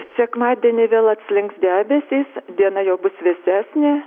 sekmadienį vėl atslinks debesys diena jau bus vėsesnė